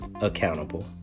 accountable